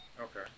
Okay